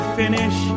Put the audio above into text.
finish